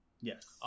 Yes